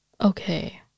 Okay